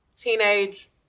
teenage